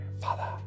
father